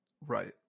Right